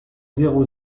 zéro